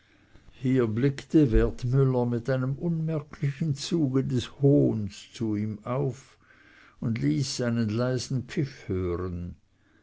hier blickte wertmüller mit einem unmerklichen zuge des hohns zu ihm auf und ließ einen leisen pfiff hören